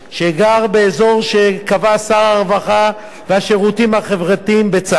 שגר באזור שקבע שר הרווחה והשירותים החברתיים בצו,